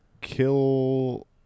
kill